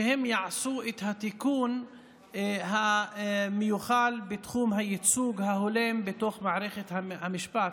שהם יעשו את התיקון המיוחל בתחום הייצוג ההולם בתוך מערכת המשפט?